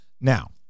Now